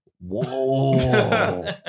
whoa